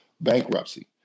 bankruptcy